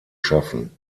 schaffen